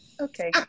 Okay